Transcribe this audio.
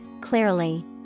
clearly